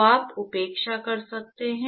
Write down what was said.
तो आप उपेक्षा कर सकते हैं